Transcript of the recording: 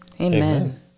Amen